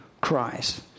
Christ